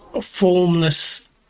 formless